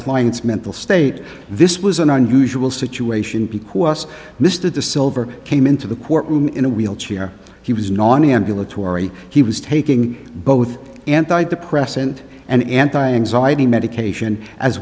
client's mental state this was an unusual situation because mr de silver came into the courtroom in a wheelchair he was non ambulatory he was taking both anti depressant and anti anxiety medication as